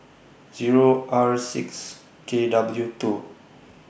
Zero R six K W two